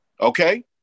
Okay